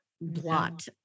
blot